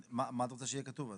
מה את רוצה שיהיה כתוב אז?